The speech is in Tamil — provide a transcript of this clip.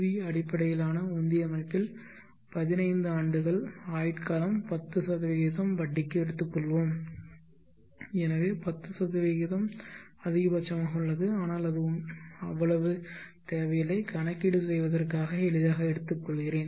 வி அடிப்படையிலான உந்தி அமைப்பின் 15 ஆண்டுகள் ஆயுட்காலம் 10 வட்டிக்கு எடுத்துக்கொள்வோம் 10 அதிக பட்சமாக உள்ளது ஆனால் அது அவ்வளவு தேவையில்லை கணக்கீடு செய்வதற்காக எளிதாக எடுத்துக்கொள்கிறேன்